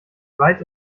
weit